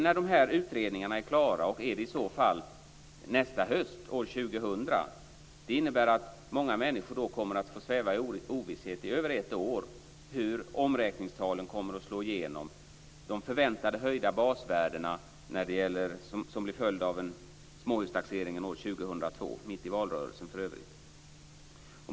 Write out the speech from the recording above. Är det när utredningarna är klara, och är det i så fall nästa höst, år 2000? Det innebär att många människor kommer att få sväva i ovisshet i över ett år om hur omräkningstalen kommer att slå igenom och de förväntade höjda basvärdena som blir följden av småhustaxeringen år 2002 - för övrigt mitt i valrörelsen.